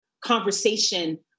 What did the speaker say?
conversation